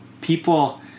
people